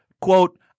quote